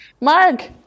Mark